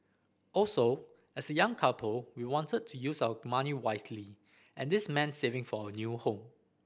also as a young couple we wanted to use our money wisely and this meant saving for our new home